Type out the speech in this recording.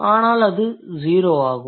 எனவே அது ஸீரோ ஆகும்